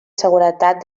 seguretat